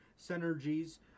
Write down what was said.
synergies